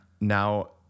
Now